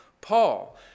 Paul